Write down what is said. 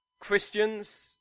Christians